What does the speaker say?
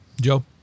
Joe